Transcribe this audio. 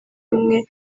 ubumwe